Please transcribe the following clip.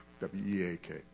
W-E-A-K